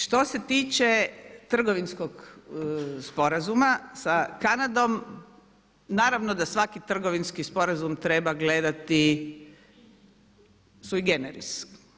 Što se tiče trgovinskog sporazuma sa Kanadom naravno da svaki trgovinski sporazum treba gledati sui generis.